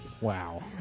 Wow